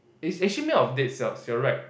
it's actually made up of dead cells you're right